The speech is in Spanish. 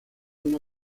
una